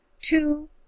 two